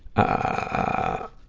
a